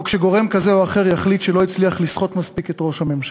או כשגורם כזה או אחר יחליט שלא הצליח לסחוט מספיק את ראש הממשלה.